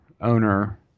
owner